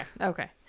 okay